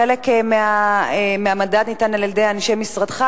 חלק מהמדד ניתן על-ידי אנשי משרדך,